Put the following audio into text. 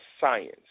science